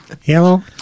hello